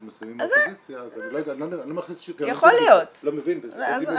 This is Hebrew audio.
מסוימים באופוזיציה אז --- לא מבין בזה -- יכול להיות.